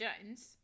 Jones